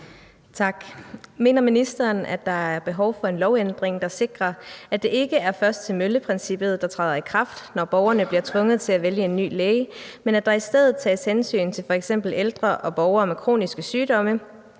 Mener ministeren, at der er behov for en lovændring, der sikrer, at det ikke er først til mølle-princippet, der træder i kraft, når borgerne bliver tvunget til at vælge en ny læge, men at der i stedet tages hensyn til f.eks. ældre og borgere med kroniske sygdomme,